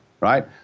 right